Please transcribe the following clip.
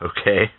Okay